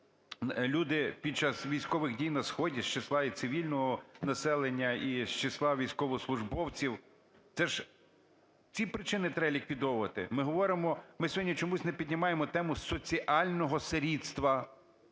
люди під час військових дій на сході з числа і цивільного населення, і з числа військовослужбовців. Теж ці причини треба ліквідовувати. Ми говоримо… ми сьогодні чогось не піднімаємо тему соціального сирітства,